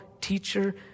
teacher